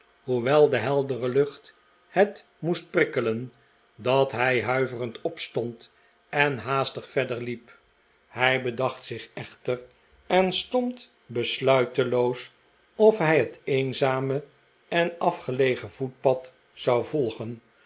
hoewel de heldere lucht het moest prikkelen dat hij huiverend opstond en haastig verder liep hij bedacht zich echter en stond besluiteloos of hij het eertzame en afgelegen voetpad zou volgen